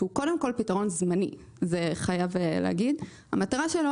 שהוא קודם כול פתרון זמני חייבים להגיד את זה המטרה שלו